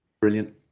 Brilliant